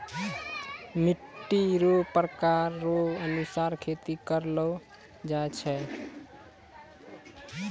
मिट्टी रो प्रकार रो अनुसार खेती करलो जाय छै